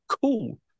cool